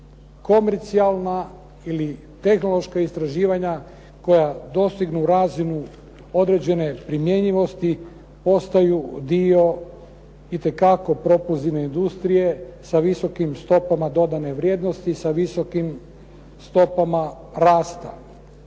komercijalna ili tehnološka istraživanja koja dostignu razinu određene primjenjivosti postaju dio itekako propulzivne industrije sa visokim stopama dodane vrijednosti sa visokim stopama rasta.